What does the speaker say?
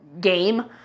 game